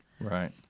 right